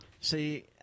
See